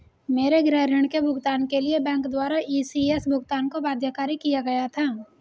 मेरे गृह ऋण के भुगतान के लिए बैंक द्वारा इ.सी.एस भुगतान को बाध्यकारी किया गया था